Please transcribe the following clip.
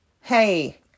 hey